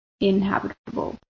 inhabitable